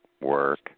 work